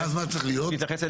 ואז מה צריך להיות?